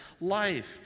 life